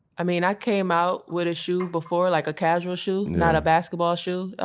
i mean, i came out with a shoe before, like a casual shoe, not a basketball shoe.